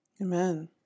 Amen